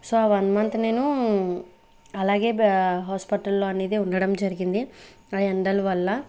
so ఆ one month నేను అలాగే బె హాస్పిటల్లో అనేది ఉండడం జరిగింది ఆ ఎండల వల్ల